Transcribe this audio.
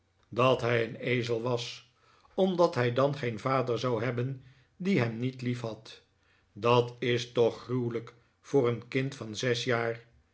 een ezel was omdat hij dan geen vader zou hebben die hem niet lief had dat is toch gruwelijk voor een kind van zes jaar